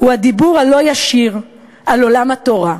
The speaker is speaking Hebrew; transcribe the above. הוא הדיבור הלא-ישר, על עולם התורה.